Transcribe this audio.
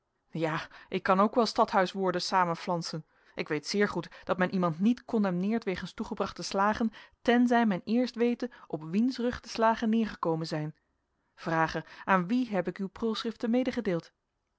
ongedetermineerd ja ik kan ook wel stadhuiswoorden samenflansen ik weet zeer goed dat men iemand niet condemneert wegens toegebrachte slagen tenzij men eerst wete op wiens rug de slagen neergekomen zijn vrage aan wie heb ik uw prulschriften